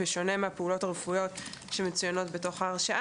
ההכשרה והניסיון הנדרשים לשם ביצוע הפעולות הרפואיות בצורה נאותה.